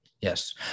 Yes